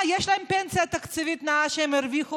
יש להם פנסיה תקציבית שהם הרוויחו